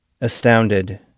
Astounded